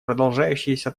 продолжающейся